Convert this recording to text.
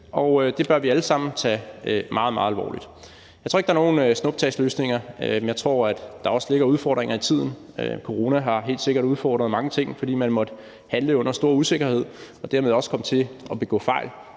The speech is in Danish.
og det bør vi alle sammen tage meget, meget alvorligt. Jeg tror ikke, der er nogen snuptagsløsninger, men jeg tror, at der også ligger udfordringer i tiden. Corona har helt sikkert udfordret mange ting, fordi man måtte handle under stor usikkerhed og dermed også er kommet til at begå fejl.